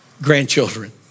grandchildren